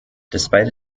despite